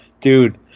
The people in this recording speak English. Dude